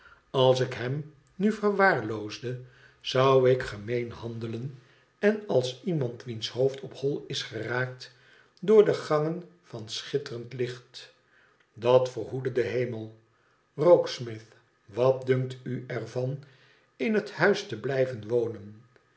als ik hem nu verwaarloosde zou ik gemeen handelen en als iemand wiens hoofd op hol is geraakt door de t gangen van schitterend licht dat verhoede de hemel rokesmith wat dunkt u er van in het huis te blijven inwonen